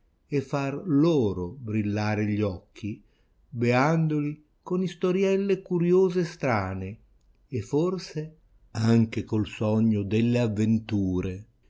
e far loro brillare gli occhi beandoli con istorielle curiose e strane e forse anche col sogno delle avventure